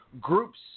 groups